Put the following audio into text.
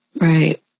right